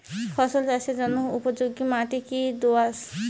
ফসল চাষের জন্য উপযোগি মাটি কী দোআঁশ?